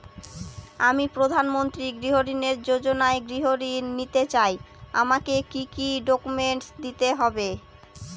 আমি প্রধানমন্ত্রী গৃহ ঋণ যোজনায় গৃহ ঋণ নিতে চাই আমাকে কি কি ডকুমেন্টস দিতে হবে?